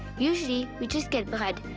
usually, we just get bread.